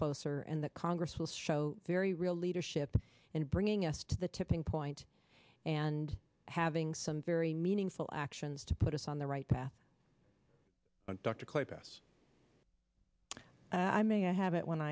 closer and that congress will show very real leadership in bringing us to the tipping point and having some very meaningful actions to put us on the right path dr close i mean i have it when